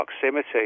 proximity